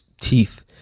teeth